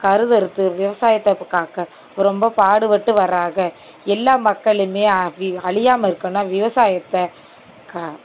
கருது அறுத்து விவசாயத்தை காக்க ரொம்ப பாடுபட்டு வராங்க எல்லா மக்களும் அழியாமல் இருக்கணும்னா விவசாயத்தை